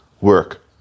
Work